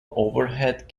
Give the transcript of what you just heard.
overhead